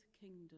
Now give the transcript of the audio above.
kingdom